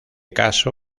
caso